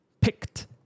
picked